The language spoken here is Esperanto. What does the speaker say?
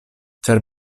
ĉar